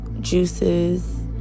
juices